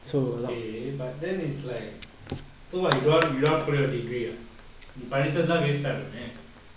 okay but then is like so what you don't want you don't want follow your degree ah நீ படிச்சதெல்லாம்:nee padichathellam waste time ஆகிடுமே:aakidume